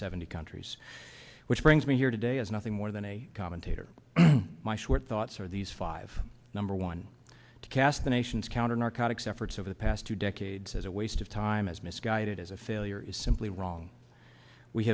seventy countries which brings me here today as nothing more than a commentator my short thoughts are these five number one to cast the nation's counter narcotics efforts over the past two decades as a waste of time as misguided as a failure is simply wrong we